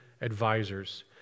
advisors